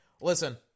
Listen